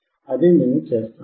అదే మేము చేస్తాము